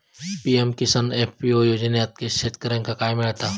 PM Kisan FPO योजनाच्यात शेतकऱ्यांका काय मिळता?